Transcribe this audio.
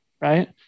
Right